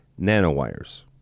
nanowires